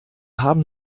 haben